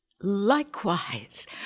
Likewise